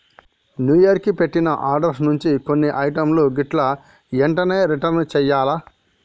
new year కి పెట్టిన orders నుంచి కొన్ని ఐటమ్స్ గిట్లా ఎంటనే రిటర్న్ చెయ్యాల్ల